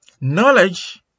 Knowledge